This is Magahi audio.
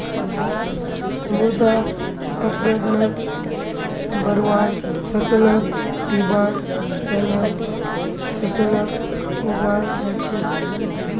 मृदा अपरदनक बढ़वार फ़सलक दिबार त न फसलक उगाल जा छेक